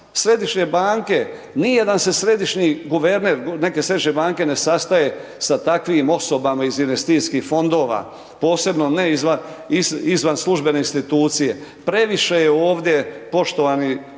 središnje banke. Nijedan se središnji guverner, neke središnje banke ne sastaje sa takvim osobama iz investicijskih fondova posebno ne izvan službene institucije. Previše je ovdje poštovani kolegice